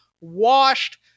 washed